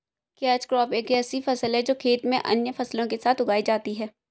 catch crop एक ऐसी फसल है जो खेत में अन्य फसलों के साथ उगाई जाती है